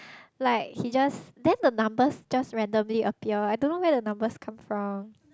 like he just then the numbers just randomly appear I don't know where the numbers come from